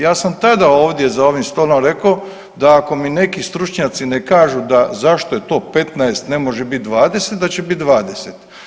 Ja sam tada ovdje za ovim stolom rekao da ako mi neki stručnjaci ne kažu da zašto je to 15, ne može bit 20, da će bit 20.